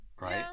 Right